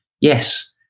Yes